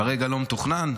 כרגע לא מתוכנן?